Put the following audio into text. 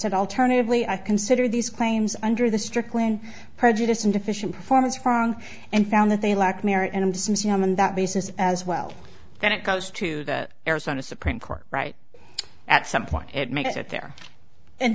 said alternatively i consider these claims under the strickland prejudiced and deficient performance wrong and found that they lack merit and dismiss him on that basis as well then it goes to the arizona supreme court right at some point it makes it there and